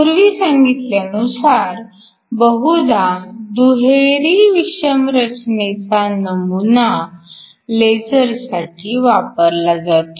पूर्वी सांगितल्यानुसार बहुधा दुहेरी विषम रचनेचा नमुना लेझरसाठी वापरला जातो